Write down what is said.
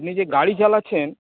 আপনি যে গাড়ি চালাচ্ছেন